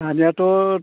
दानियाथ'